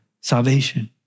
salvation